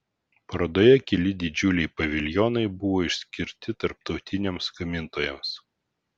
parodoje keli didžiuliai paviljonai buvo išskirti tarptautiniams gamintojams